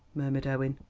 murmured owen.